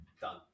done